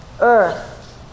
earth